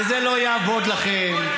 וזה לא יעבוד לכם.